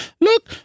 look